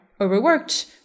overworked